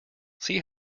see